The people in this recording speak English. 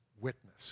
witness